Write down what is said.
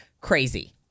crazy